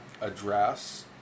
address